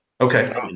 Okay